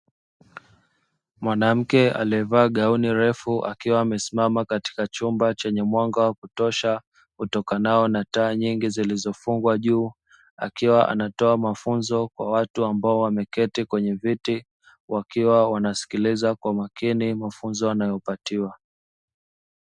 Mwanamke alievaa gauni refu akiwa amesimama kwenye chumba chenye mwanga wa kutosha, utokanao na taa nyingi zilizofungwa juu akiwa anatoa mafunzo kwa watu waliometi kwenye viti, wakiwa wanasikiliza kwa makini mafunzo wanaopatiwa.